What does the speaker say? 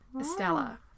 Estella